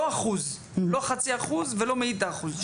לא 0.5% ולא מאית האחוז,